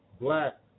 black